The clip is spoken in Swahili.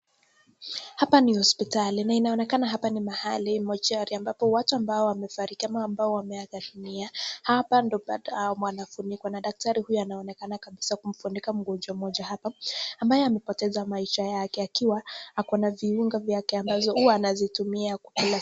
Hapa ni hospitali na inaonekana hapa ni mahali mochury ambapo watu ambao wamefariki ama ambao wameaga dunia. Hapa ndio hao wanafunikwa na daktari huyu anaonekana kabisa kumfunika mgonjwa mmoja hapa ambaye amepoteza maisha yake akiwa ako na viunga vyake ambazo huwa anazitumia kukula.